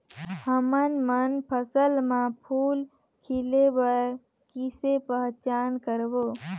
हमन मन फसल म फूल खिले बर किसे पहचान करबो?